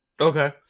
okay